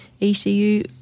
ECU